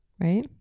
right